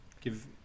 Give